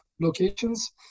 locations